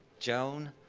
joan,